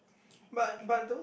I think